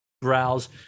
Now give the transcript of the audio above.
browse